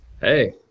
Hey